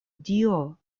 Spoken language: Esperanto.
dio